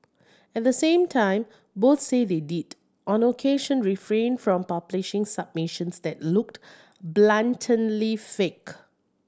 at the same time both say they did on occasion refrain from publishing submissions that looked blatantly fake